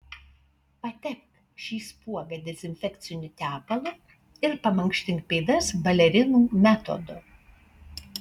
patepk šį spuogą dezinfekciniu tepalu ir pamankštink pėdas balerinų metodu